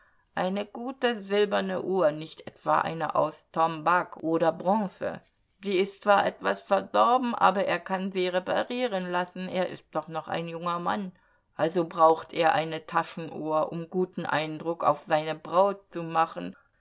eine gute silberne uhr nicht etwa eine aus tombak oder bronze sie ist zwar etwas verdorben aber er kann sie reparieren lassen er ist doch noch ein junger mann also braucht er eine taschenuhr um guten eindruck auf seine braut zu machen